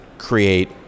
Create